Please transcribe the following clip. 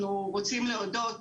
אנחנו רוצים להודות